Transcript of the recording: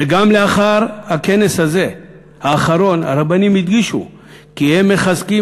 וגם לאחר הכנס הזה האחרון הרבנים הדגישו כי הם מחזקים